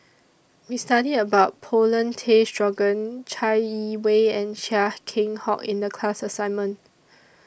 We studied about Paulin Tay Straughan Chai Yee Wei and Chia Keng Hock in The class assignment